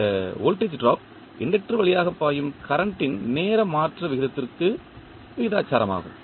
இந்த voltage drop inductor வழியாக பாயும் கரண்ட் ன்நேர மாற்ற விகிதத்திற்கு விகிதாசாரமாகும்